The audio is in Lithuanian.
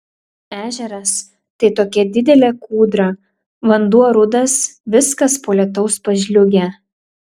ežeras tai tokia didelė kūdra vanduo rudas viskas po lietaus pažliugę